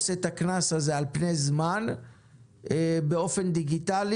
את הקנס הזה על פני זמן באופן דיגיטלי.